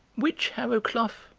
which harrowcluff?